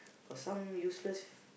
for some useless